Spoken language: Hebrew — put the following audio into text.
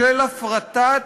של הפרטת